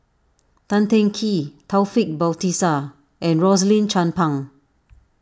Tan Teng Kee Taufik Batisah and Rosaline Chan Pang